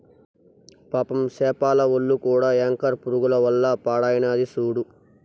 పాపం సేపల ఒల్లు కూడా యాంకర్ పురుగుల వల్ల పాడైనాది సూడు